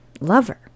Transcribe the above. lover